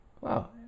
Wow